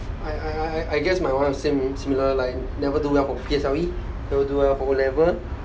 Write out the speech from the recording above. I I I guess my [one] same similar like never do well for P_S_L_E never do well for o level